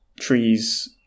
trees